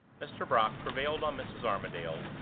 mr. brock prevailed on mrs. armadale,